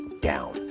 down